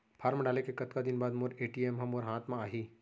Form डाले के कतका दिन बाद मोर ए.टी.एम ह मोर हाथ म आही?